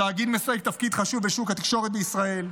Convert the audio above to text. התאגיד משחק תפקיד חשוב בשוק התקשורת בישראל,